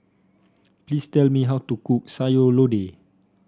please tell me how to cook Sayur Lodeh